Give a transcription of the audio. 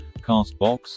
CastBox